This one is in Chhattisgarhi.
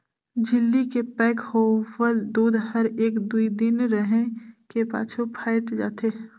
झिल्ली के पैक होवल दूद हर एक दुइ दिन रहें के पाछू फ़ायट जाथे